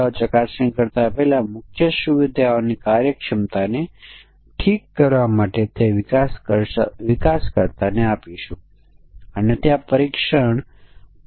આ સમકક્ષ વર્ગ માટે માન્ય આપણે 5 મૂલ્ય પસંદ કરવાની જરૂર છે પરંતુ જો આપણે સીમાની બહારની એક લીટીને ધ્યાનમાં લઈએ અને આપણે પહેલા કહ્યું હતું કે બાઉન્ડ્રી એ નકારાત્મક પરીક્ષણ કેસ છે